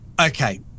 Okay